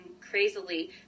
crazily